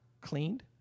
cleaned